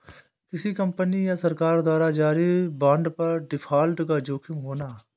किसी कंपनी या सरकार द्वारा जारी बांड पर डिफ़ॉल्ट का जोखिम होना